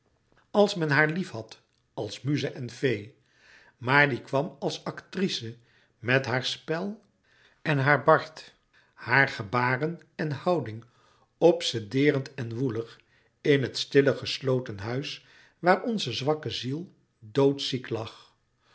als men haar lief had als muze en fee maar die kwam als actrice met haar spel en haar fard haar gebaren en houding obsedeerend en woelig in het stille gesloten huis waar onze zwakke ziel dood ziek lag